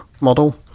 model